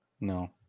No